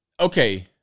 Okay